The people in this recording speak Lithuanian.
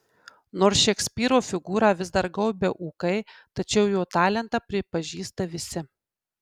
nors šekspyro figūrą vis dar gaubia ūkai tačiau jo talentą pripažįsta visi